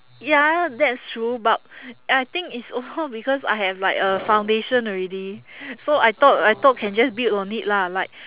ya that's true but I think it's also because I have like a foundation already so I thought I thought can just build on it lah like